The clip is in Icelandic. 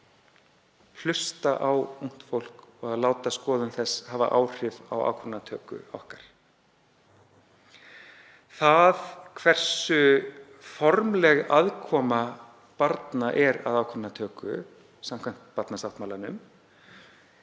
hlusta á ungt fólk og að láta skoðun þess hafa áhrif á ákvarðanatöku okkar. Varðandi formlega aðkomu barna að ákvarðanatöku samkvæmt barnasáttmálanum